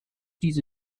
diese